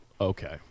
Okay